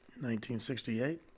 1968